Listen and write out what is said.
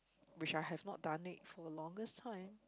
which I have not done it for longest time